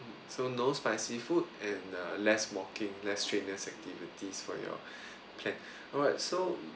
so no spicy food and uh less walking less strenuous activities for your plan alright so